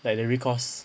like the recourse